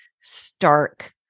stark